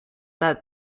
that